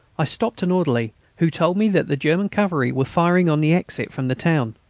i stopped an orderly, who told me that the german cavalry were firing on the exit from the town.